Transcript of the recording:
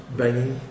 banging